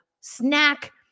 snack